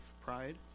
pride